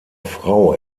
frau